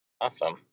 Awesome